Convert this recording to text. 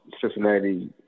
Cincinnati